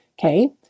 Okay